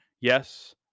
Yes